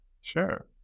Sure